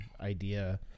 idea